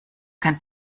kann